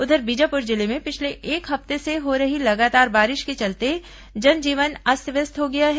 उधर बीजापुर जिले में पिछले एक हफ्ते से हो रही लगातार बारिश के चलते जनजीवन अस्त व्यस्त हो गया है